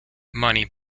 money